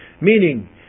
meaning